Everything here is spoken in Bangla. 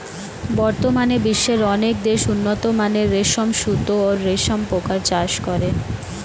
বর্তমানে বিশ্বের অনেক দেশ উন্নতমানের রেশম সুতা ও রেশম পোকার চাষ করে